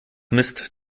mist